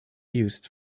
used